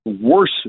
worse